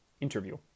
interview